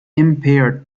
impaired